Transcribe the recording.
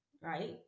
Right